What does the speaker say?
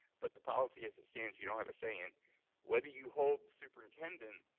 but the policy as it stands, you don't have a say in whether you hold the superintendent